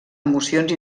emocions